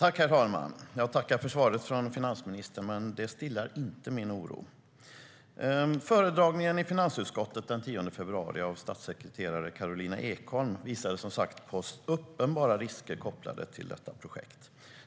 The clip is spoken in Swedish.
Herr talman! Jag tackar finansministern för svaret, men det stillar inte min oro. Föredragningen i finansutskottet den 10 februari av statssekreterare Karolina Ekholm visade på uppenbara risker kopplade till detta projekt.